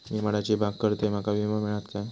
मी माडाची बाग करतंय माका विमो मिळात काय?